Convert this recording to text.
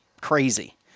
crazy